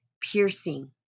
Piercing